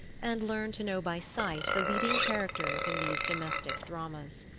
and learned to know by sight the leading characters in these domestic dramas.